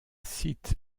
cite